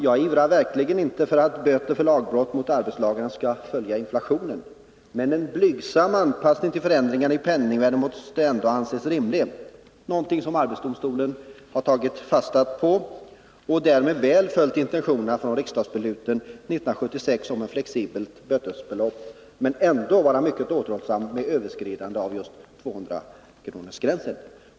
Jag ivrar verkligen inte för att böterna för lagbrott mot arbetslagarna skall följa inflationen, men en blygsam anpassning till förändringarna av penningvärdet måste ändå anses rimlig. Det är någonting som arbetsdomstolen har tagit fasta på och därmed väl följt intentionerna i riksdagsbeslutet 1976 om ett flexibelt bötesbelopp samtidigt som man är mycket återhållsam med överskridande av just 200-kronorsgränsen.